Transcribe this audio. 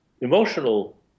emotional